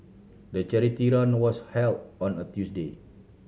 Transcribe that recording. the charity run was held on a Tuesday